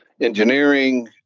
engineering